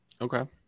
Okay